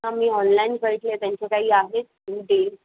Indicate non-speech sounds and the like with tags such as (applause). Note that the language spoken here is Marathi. हां मी ऑनलाईन कळतले त्यांचं काही आहेत (unintelligible)